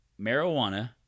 Marijuana